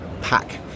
pack